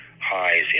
highs